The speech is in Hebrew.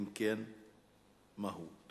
3. אם כן, איזה חוק?